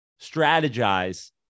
strategize